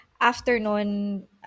Afternoon